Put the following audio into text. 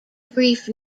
brief